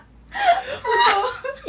you told her